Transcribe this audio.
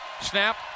Snap